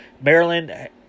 Maryland